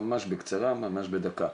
ממש בקצרה, ממש בדקה.